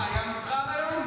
אה, היה מסחר היום?